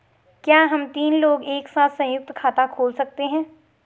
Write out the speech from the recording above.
क्या हम तीन लोग एक साथ सयुंक्त खाता खोल सकते हैं?